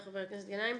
תודה, חבר הכנסת גנאים.